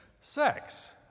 sex